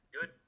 good